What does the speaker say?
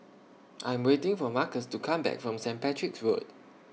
I'm waiting For Marcos to Come Back from Saint Patrick's Road